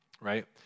right